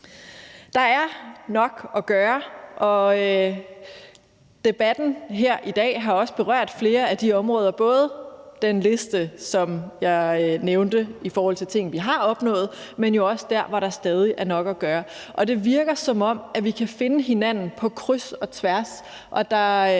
Der er nok at gøre, og debatten her i dag har også berørt flere af de områder – både i den liste, jeg kom ind på, af ting, vi har opnået, men jo også dér, hvor der stadig er nok at gøre. Det virker, som om vi kan finde hinanden på kryds og tværs